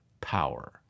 power